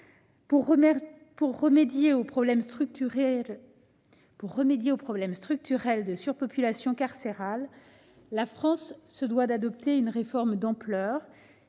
Pour remédier au problème structurel de surpopulation carcérale, la France se doit d'adopter une réforme d'ampleur